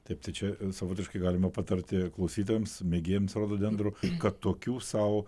taip tai čia savotiškai galima patarti klausytojams mėgėjams rododendrų kad tokių sau